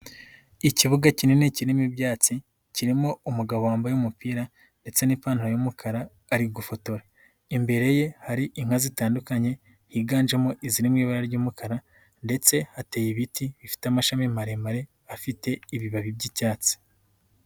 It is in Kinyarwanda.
Ikibuga kinini kirimo ibyatsi kirimo umugabo wambaye umupira ndetse n'ipantaro y'umukara, ari gufotora, imbere ye hari inka zitandukanye higanjemo iziri mu ibara ry'umukara, ndetse hateye ibiti bifite amashami maremare afite ibibabi by'icyatsi.